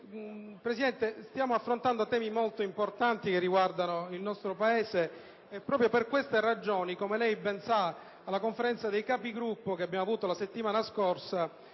discutere. Stiamo affrontando temi molto importanti che riguardano il nostro Paese e proprio per queste ragioni - come lei ben sa - nella Conferenza dei Capigruppo svoltasi la settimana scorsa,